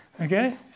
Okay